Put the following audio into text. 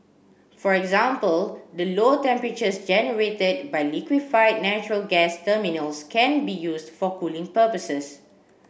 for example the low temperatures generated by liquefied natural gas terminals can be used for cooling purposes